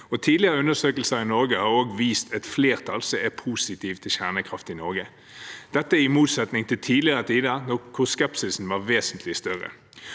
Tidligere undersøkelser i Norge har også vist et flertall som er positiv til kjernekraft i Norge – dette i motsetning til i tidligere tider, da skepsisen var vesentlig større.